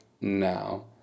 now